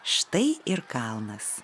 štai ir kalnas